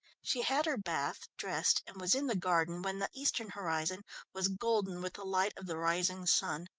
she had her bath, dressed, and was in the garden when the eastern horizon was golden with the light of the rising sun.